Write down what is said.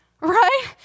right